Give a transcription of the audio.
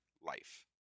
life